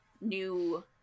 new